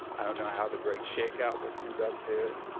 i don't know how the great shake out was conducted.